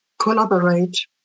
collaborate